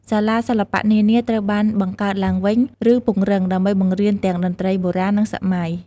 សាលាសិល្បៈនានាត្រូវបានបង្កើតឡើងវិញ ឬពង្រឹង ដើម្បីបង្រៀនទាំងតន្ត្រីបុរាណ និងសម័យ។